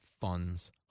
funds